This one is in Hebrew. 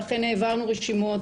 ואכן העברנו רשימות